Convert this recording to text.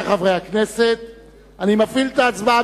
אני מפעיל את ההצבעה.